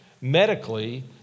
medically